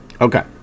Okay